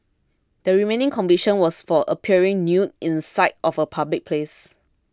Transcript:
the remaining conviction was for appearing nude in sight of a public place